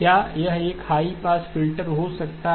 क्या यह एक हाई पास फिल्टर हो सकता है